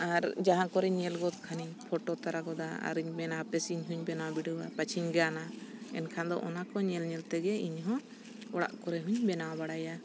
ᱟᱨ ᱡᱟᱦᱟᱸ ᱠᱚᱨᱮᱧ ᱧᱮᱞ ᱜᱚᱫ ᱠᱷᱟᱱᱤᱧ ᱯᱷᱚᱴᱳ ᱛᱚᱨᱟ ᱜᱚᱫᱟ ᱟᱨᱤᱧ ᱢᱮᱱᱟ ᱦᱟᱯᱮᱥᱮ ᱤᱧ ᱦᱚᱧ ᱵᱮᱱᱟᱣ ᱵᱤᱰᱟᱹᱣᱟ ᱯᱟᱹᱪᱷᱤᱧ ᱜᱟᱱᱟ ᱮᱱᱠᱷᱟᱱ ᱫᱚ ᱚᱱᱟ ᱠᱚ ᱧᱮᱞ ᱧᱮᱞ ᱛᱮᱜᱮ ᱤᱧ ᱦᱚᱸ ᱚᱲᱟᱜ ᱠᱚᱨᱮ ᱦᱚᱸᱧ ᱵᱮᱱᱟᱣ ᱵᱟᱲᱟᱭᱟ